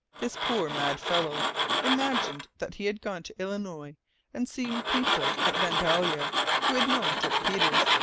this poor mad fellow imagined that he had gone to illinois and seen people at vandalia who had known dirk peters,